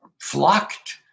flocked